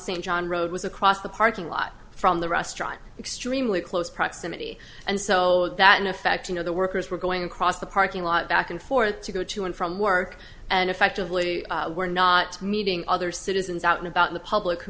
st john road was across the parking lot from the restaurant extremely close proximity and so that in effect you know the workers were going across the parking lot back and forth to go to and from work and effectively were not meeting other citizens out and about the public who